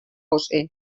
josé